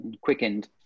quickened